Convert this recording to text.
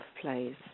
place